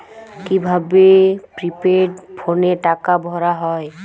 কি ভাবে প্রিপেইড ফোনে টাকা ভরা হয়?